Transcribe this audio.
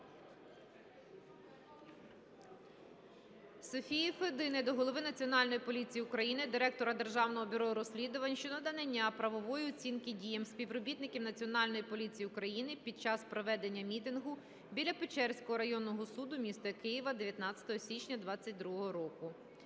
Софії Федини до Голови Національної поліції України, Директора Державного бюро розслідувань щодо надання правової оцінки діям співробітників Національної поліції України під час проведення мітингу біля Печерського районного суду міста Києва 19 січня 22-го року.